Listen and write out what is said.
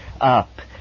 up